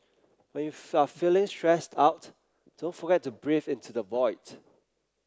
when you are feeling stressed out don't forget to breathe into the void